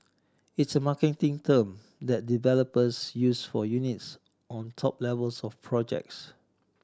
it's a marketing term that developers use for units on top levels of projects